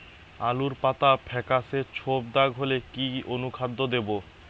আলুর পাতা ফেকাসে ছোপদাগ হলে কি অনুখাদ্য দেবো?